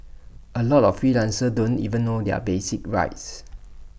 A lot of freelancers don't even know their basic rights